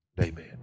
Amen